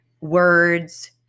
words